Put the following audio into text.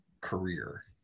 career